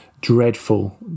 dreadful